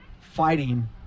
fighting